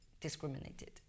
discriminated